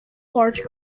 large